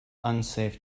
unsafe